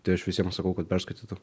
tai aš visiem sakau kad perskaitytų